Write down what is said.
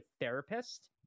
therapist